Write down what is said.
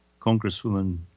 congresswoman